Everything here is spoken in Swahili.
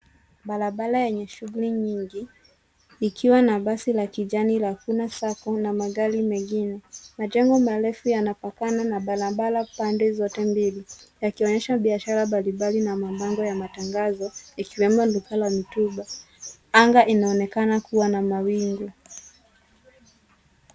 Barabara yenye shughuli nyingi ikiwa na basi la kijani la Runa Sacco na magari mengine. Majengo marefu yanapakana na barabara pande zote mbili, yakionyesha biashara mbalimbali na mabango ya matangazo ikiwemo duka la mitumba. Anga inaonekana kuwa na mawingu.